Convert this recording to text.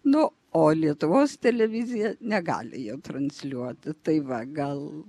nu o lietuvos televizija negali jo transliuoti tai va gal